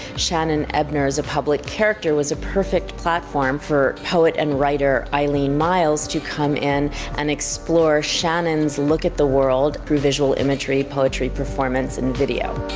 shannon ebner's a public character was a perfect platform for poet and writer eileen myles to come in and explore shannon's look at the world through visual imagery, poetry, performance, and video.